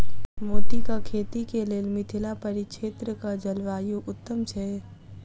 मोतीक खेती केँ लेल मिथिला परिक्षेत्रक जलवायु उत्तम छै?